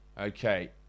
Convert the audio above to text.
Okay